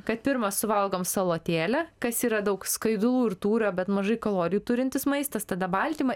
kad pirma suvalgom salotėlę kas yra daug skaidulų ir tūrio bet mažai kalorijų turintis maistas tada baltymą